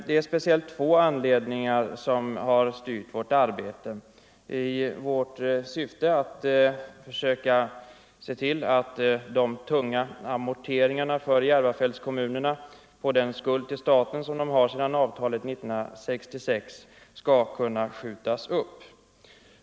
Det är speciellt två skäl som har styrt vårt arbete i syfte att försöka se till att de tunga amorteringarna för Järvafältskommunerna på den skuld de har till staten efter avtalet 1966 skall kunna skjutas upp.